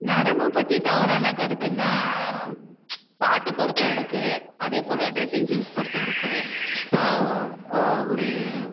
நடனம் பற்றி தவறான கருத்துன்னா பாட்டு பொறுத்தும்ருக்கு அதேபோல ட்ரெஸ்ஸிங் சென்ஸ் பொருத்தும்ருக்கு ஒரு